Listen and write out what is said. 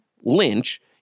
Lynch